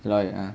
lawyer ah